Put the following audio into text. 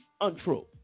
untrue